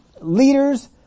leaders